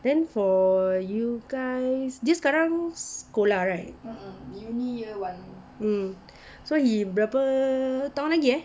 then for you guys dia sekarang sekolah right so he berapa tahun lagi eh